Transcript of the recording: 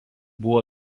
buvo